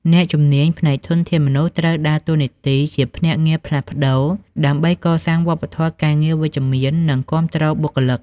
អ្នកជំនាញ ផ្នែកធនធានមនុស្ស ត្រូវដើរតួនាទីជាភ្នាក់ងារផ្លាស់ប្តូរ ដើម្បីកសាងវប្បធម៌ការងារវិជ្ជមាន និងគាំទ្របុគ្គលិក។